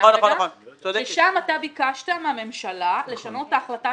שם אתה ביקשת מהממשלה לשנות את ההחלטה